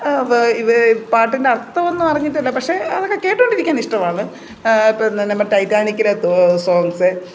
അപ്പോൾ ഇവ പാട്ടിൻ്റെ അർത്ഥം ഒന്നും അറിഞ്ഞിട്ടില്ല പക്ഷേ അതൊക്കെ കേട്ടുകൊണ്ടിരിക്കാൻ ഇഷ്ടമാണ് ഇപ്പോൾതന്നെ നമ്മളെ ടൈറ്റാനിക്കിലെ സോങ്ങ്സ്